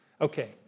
Okay